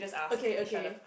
okay okay